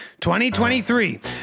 2023